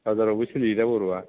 बाजारावबो सोलियो दा बर'आ